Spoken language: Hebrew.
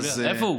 במליאה.